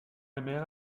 amer